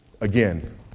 Again